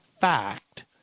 fact